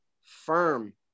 firm